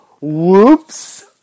whoops